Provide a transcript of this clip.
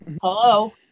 Hello